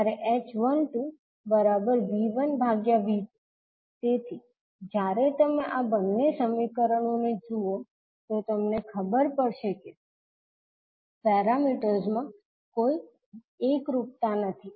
જયારે h12V1V2 તેથી જ્યારે તમે આ બંને સમીકરણોને જુઓ તો તમને ખબર પડશે કે પેરામીટર્સમાં કોઈ એકરૂપતા નથી